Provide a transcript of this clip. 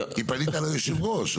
כי פנית ליושב הראש.